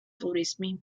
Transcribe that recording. ტურიზმი